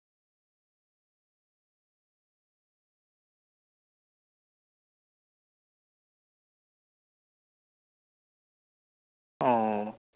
ᱚ